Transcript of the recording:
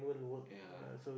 ya